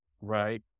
right